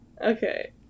Okay